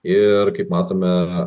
ir kaip matome